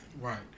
Right